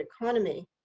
economy